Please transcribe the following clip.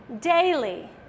daily